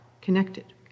connected